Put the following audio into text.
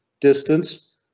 distance